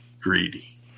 greedy